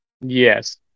Yes